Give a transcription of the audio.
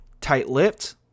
tight-lipped